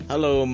Hello